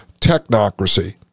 technocracy